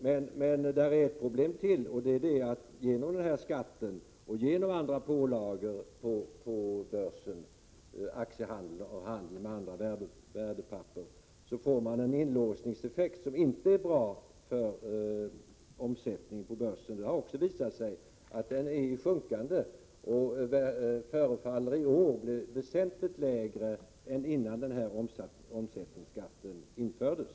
Här finns dock ett problem till, och det är att genom den här skatten och genom andra pålagor på börsen, aktiehandeln och handeln med andra värdepapper får man en inlåsningseffekt som inte är bra för omsättningen på börsen. Det har också visat sig att omsättningen är i sjunkande, och i år förefaller den vara väsentligt lägre än den var innan den här omsättningsskatten infördes.